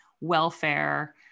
welfare